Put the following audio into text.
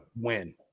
Win